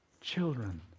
children